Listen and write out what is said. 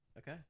Okay